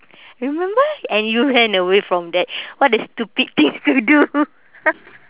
remember and you ran away from that what a stupid things to do